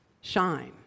Shine